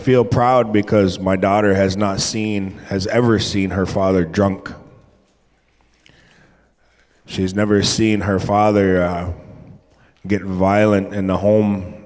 feel proud because my daughter has not seen has ever seen her father drunk she's never seen her father get violent in the home